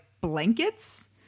blankets